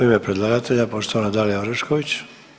U ime predlagatelja poštovana Dalija Orešković.